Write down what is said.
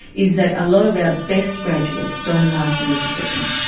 is that a lot of our best graduates don't last in the profession.